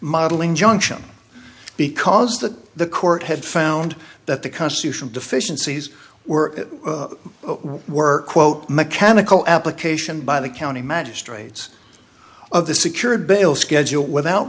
modeling junction because that the court had found that the constitution deficiencies were were quote mechanical application by the county magistrates of the secured bill schedule without